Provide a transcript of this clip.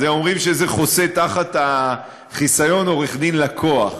אז הם אומרים שזה חוסה תחת החיסיון עורך-דין לקוח,